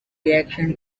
reaction